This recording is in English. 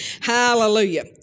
Hallelujah